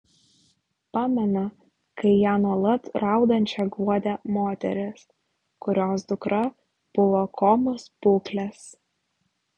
pamena kai ją nuolat raudančią guodė moteris kurios dukra buvo komos būklės